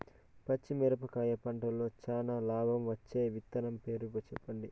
పచ్చిమిరపకాయ పంటలో చానా లాభం వచ్చే విత్తనం పేరు చెప్పండి?